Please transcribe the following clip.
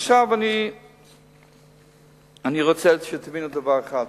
עכשיו אני רוצה שתבינו דבר אחד.